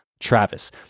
Travis